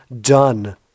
done